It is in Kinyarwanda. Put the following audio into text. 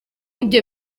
ibyo